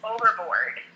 Overboard